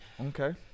Okay